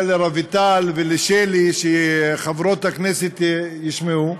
זה לרויטל ולשלי, שחברות הכנסת ישמעו.